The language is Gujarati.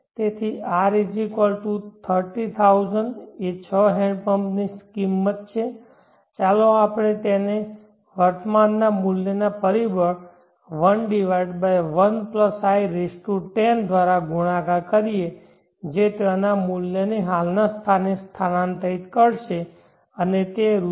તેથી R 30000 એ 6 હેન્ડ પમ્પ્સની કિંમત છે અને ચાલો આપણે તેને વર્તમાનના મૂલ્યના પરિબળ11 i10 દ્વારા ગુણાકાર કરીએ જે ત્યાંના મૂલ્યને હાલના સ્થાને સ્થાનાંતરિત કરશે અને તે રૂ